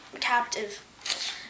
captive